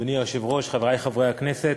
אדוני היושב-ראש, חברי חברי הכנסת,